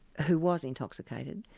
who was intoxicated,